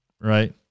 right